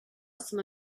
some